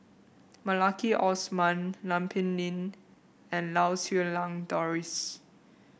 Maliki Osman Lam Pin Min and Lau Siew Lang Doris